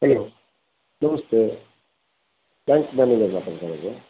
hello namaste bank manager ಮಾತಾಡ್ತಾ ಇರೋದು